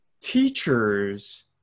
teachers